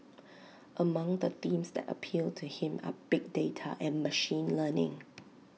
among the themes that appeal to him are big data and machine learning